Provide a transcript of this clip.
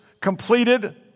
completed